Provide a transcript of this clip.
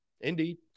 Indeed